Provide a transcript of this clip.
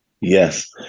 Yes